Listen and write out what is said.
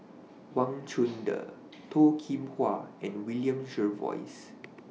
Wang Chunde Toh Kim Hwa and William Jervois